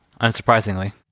unsurprisingly